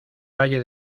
valle